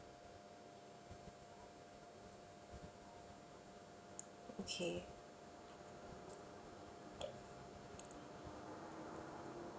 okay